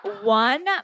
One